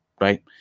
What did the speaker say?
Right